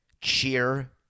cheer